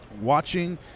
watching